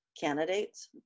candidates